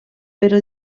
però